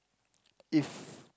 if